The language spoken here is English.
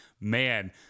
man